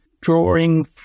drawing